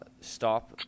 stop